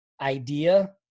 idea